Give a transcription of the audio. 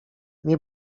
nie